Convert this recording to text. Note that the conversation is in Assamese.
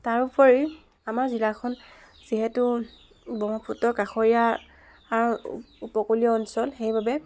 তাৰোপৰি আমাৰ জিলাখন যিহেতু ব্ৰহ্মপুত্ৰৰ কাষৰীয়া আৰু উপ উপকূলীয় অঞ্চল সেইবাবে